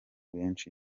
benshi